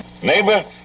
Neighbor